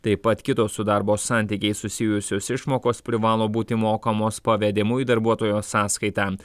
taip pat kitos su darbo santykiais susijusios išmokos privalo būti mokamos pavedimu į darbuotojo sąskaitą